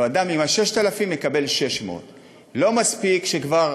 ואדם עם 6,000 מקבל 600. לא מספיק שכבר